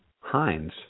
Heinz